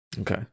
Okay